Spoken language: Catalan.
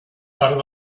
part